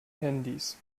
handys